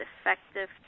effective